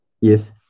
Yes